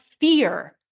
fear